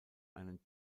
einen